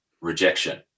rejection